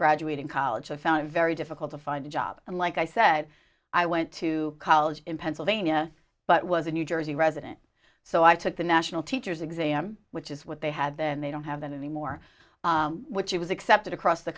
graduating college i found it very difficult to find a job and like i said i went to college in pennsylvania but was a new jersey resident so i took the national teacher's exam which is what they had then they don't have that anymore which was accepted across the